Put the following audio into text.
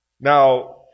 Now